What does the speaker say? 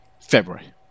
February